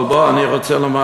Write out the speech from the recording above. אבל בואו, אני רוצה לומר